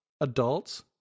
adults –